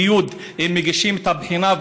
בי' הם ניגשים לבחינה,